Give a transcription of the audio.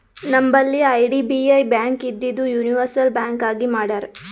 ನಂಬಲ್ಲಿ IDBI bank ಇದ್ದಿದು universal bank ಆಗಿ ಮಾಡ್ಯಾರ್